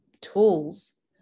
tools